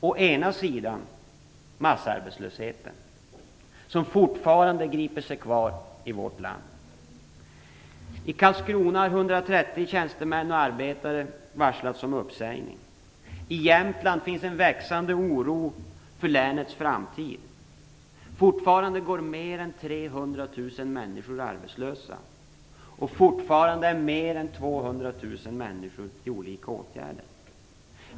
Å ena sidan ett Sverige med massarbetslöshet som fortfarande griper sig kvar i vårt land. I Karlskrona har 130 tjänstemän och arbetare varslats om uppsägning. I Jämtlande finns en växande oro för länets framtid. Fortfarande går mer än 300 000 människor arbetslösa och fortfarande mer än 200 000 människor i olika former av åtgärder.